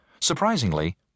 surprisingly